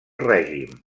règim